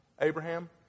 Abraham